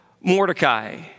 Mordecai